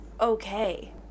okay